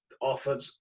offered